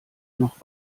noch